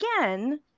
again